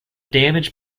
damaged